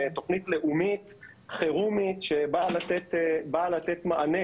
תוכנית לאומית חירומית שבאה לתת מענה